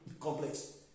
complex